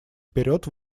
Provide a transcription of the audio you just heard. вперед